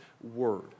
word